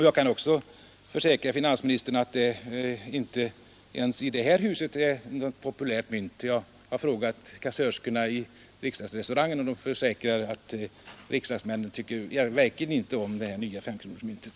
Jag kan också försäkra herr finansministern att femkronan inte ens i detta hus är något populärt mynt. Jag har frågat kassörskorna i riksdagsrestaurangen, och de försäkrar att riksdagsmännen verkligen inte tycker om det nya femkronorsmyntet.